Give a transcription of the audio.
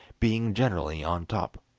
being generally on top.